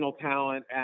talent